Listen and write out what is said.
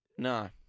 No